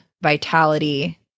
vitality